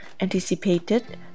anticipated